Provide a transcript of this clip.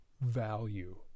value